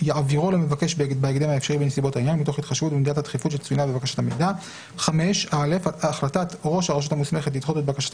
המוסמכת למבקש 4. החליט ראש הרשות המוסמכת להעביר מידע למבקש,